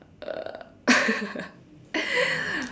uh